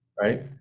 right